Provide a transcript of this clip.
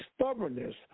stubbornness